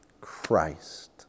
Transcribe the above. Christ